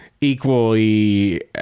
equally